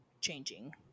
changing